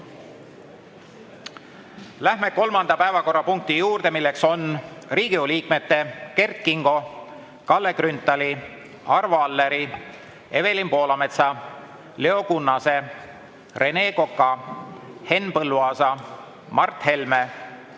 Läheme kolmanda päevakorrapunkti juurde. See on Riigikogu liikmete Kert Kingo, Kalle Grünthali, Arvo Alleri, Evelin Poolametsa, Leo Kunnase, Rene Koka, Henn Põlluaasa, Mart Helme, Martin